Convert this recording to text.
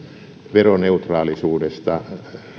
veroneutraalisuudesta